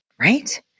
right